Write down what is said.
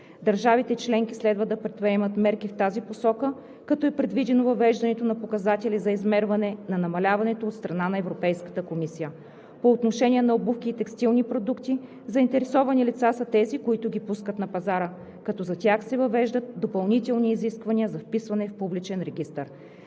Държавите членки следва да предприемат мерки в тази посока, като е предвидено въвеждането на показатели за измерване на намаляването от страна на Европейската комисия. По отношение на обувки и текстилни продукти заинтересовани лица са тези, които ги пускат на пазара, като за тях се въвеждат допълнителни изисквания за вписване в публичен регистър.